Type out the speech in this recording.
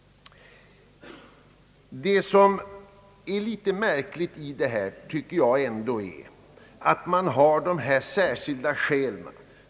Det som är märkligt i detta ärende tycker jag är att man har föreskrivit de här särskilda skälen.